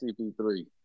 CP3